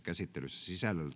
käsittelyssä